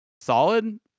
solid